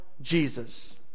Jesus